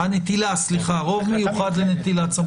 רוב מיוחד לנטילת סמכויות.